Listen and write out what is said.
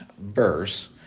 verse